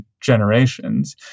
generations